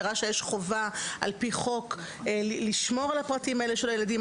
לרש"א יש חובה על פי חוק לשמור על הפרטים האלה של הילדים.